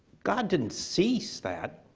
god didn't cease that.